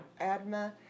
Adma